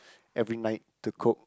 every night to cook